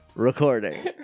Recording